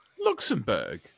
Luxembourg